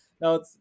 Now